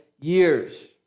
years